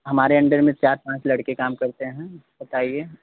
हमारे अंडर में चार पाँच लड़के काम करते हैं बताइए